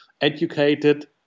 educated